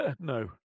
No